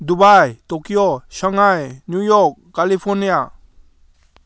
Dubai Tokyo Shanghai New York California